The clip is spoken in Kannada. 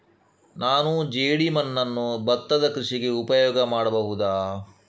ನಾನು ಜೇಡಿಮಣ್ಣನ್ನು ಭತ್ತದ ಕೃಷಿಗೆ ಉಪಯೋಗ ಮಾಡಬಹುದಾ?